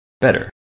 Better